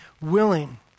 willing